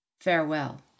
Farewell